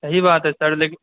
صحیح بات ہے سر لیکن